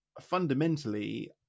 fundamentally